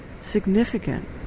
significant